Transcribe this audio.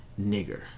nigger